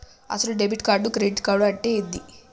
అసలు debit card credit card అంటే ఏంది?